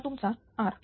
हा तुमचा R